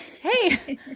hey